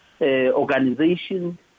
organizations